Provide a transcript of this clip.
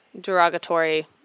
derogatory